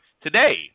today